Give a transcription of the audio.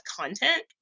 content